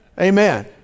Amen